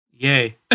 yay